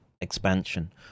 expansion